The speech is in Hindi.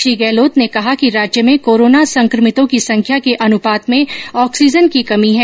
श्री गहलोत ने कहा कि राज्य में कोरोना संक्रमितों की संख्या के अनुपात में ऑक्सीजन की कमी है